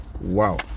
Wow